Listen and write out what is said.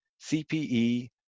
CPE